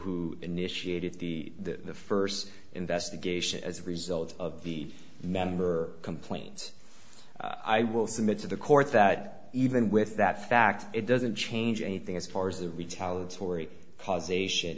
who initiated the first investigation as a result of the member complaints i will submit to the court that even with that fact it doesn't change anything as far as the retaliatory paus